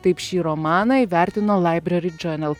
taip šį romaną įvertino library journal